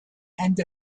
and